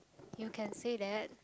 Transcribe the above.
you can say that